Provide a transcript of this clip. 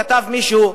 כתב מישהו,